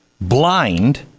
blind